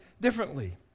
differently